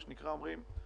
אומרים: